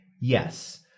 Yes